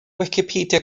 wicipedia